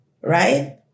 right